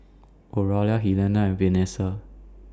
Oralia Helena and Venessa